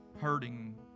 hurting